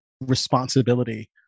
responsibility